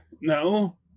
No